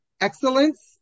excellence